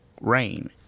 rain